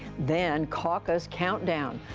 then caucus countdown.